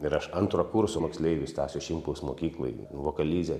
ir aš antro kurso moksleivis stasio šimkaus mokykloj vokalizė